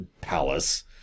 palace